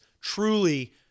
truly